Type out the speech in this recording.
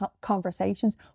conversations